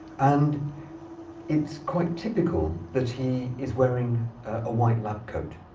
and it's quite typical that he is wearing a white lab coat,